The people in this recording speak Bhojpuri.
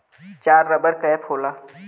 चार रबर कैप होला